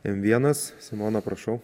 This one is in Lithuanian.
m vienas simona prašau